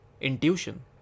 intuition